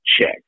check